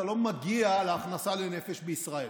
אתה לא מגיע להכנסה לנפש בישראל.